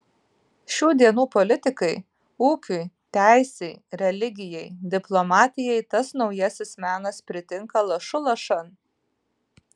šių dienų politikai ūkiui teisei religijai diplomatijai tas naujasis menas pritinka lašu lašan